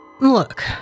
Look